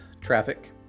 traffic